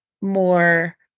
more